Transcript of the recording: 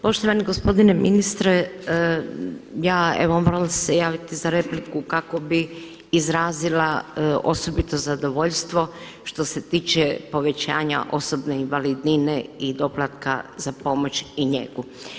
Poštovani gospodine ministre, ja evo morala sam se javiti za repliku kako bih izrazila osobito zadovoljstvo što se tiče povećanja osobne invalidnine i doplatka za pomoć i njegu.